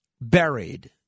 buried